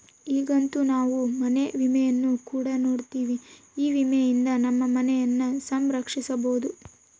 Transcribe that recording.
ಈಗಂತೂ ನಾವು ಮನೆ ವಿಮೆಯನ್ನು ಕೂಡ ನೋಡ್ತಿವಿ, ಈ ವಿಮೆಯಿಂದ ನಮ್ಮ ಮನೆಯನ್ನ ಸಂರಕ್ಷಿಸಬೊದು